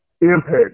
impact